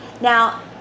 Now